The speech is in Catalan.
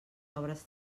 obres